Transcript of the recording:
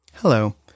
Hello